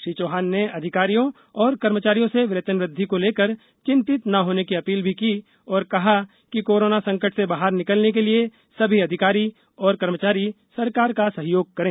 श्री चौहान ने अधिकारियों और कर्मचारियों से वेतनवद्वि को लेकर चिंतित न होने की अपील भी की और कहा कि कोरोना संकट से बाहर निकलने के लिए सभी अधिकारी और कर्मचारी सरकार का सहयोग करें